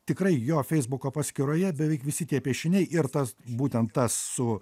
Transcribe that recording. tikrai jo feisbuko paskyroje beveik visi tie piešiniai ir tas būtent tas su